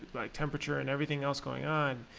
like temperature and everything else going on.